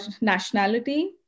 nationality